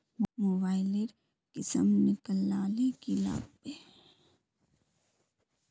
Mobile लेर किसम निकलाले की लागबे?